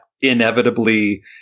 inevitably